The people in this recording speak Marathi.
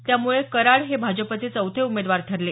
त्यामुळे कराड हे भाजपचे चौथे उमेदवार ठरले